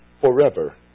forever